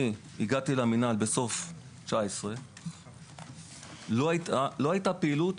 הגעתי למינהל בסוף 2019. לא הייתה פעילות